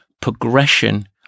progression